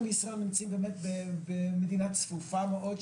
אנחנו בישראל נמצאים באמת במדינה צפופה מאוד,